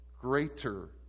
greater